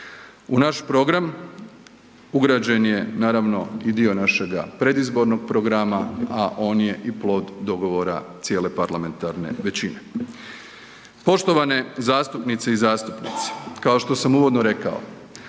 U naš program ugrađen je, naravno i dio našega predizbornog programa, a on je i plod dogovora cijele parlamentarne većine. Poštovane zastupnice i zastupnici, kao što sam uvodno rekao,